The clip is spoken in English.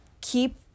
keep